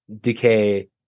decay